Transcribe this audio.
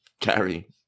carry